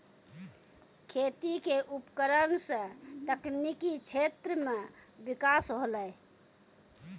खेती क उपकरण सें तकनीकी क्षेत्र में बिकास होलय